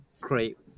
great